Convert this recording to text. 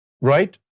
right